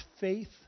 faith